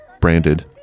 branded